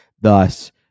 Thus